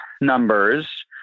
numbers